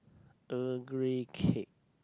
Earl Grey cake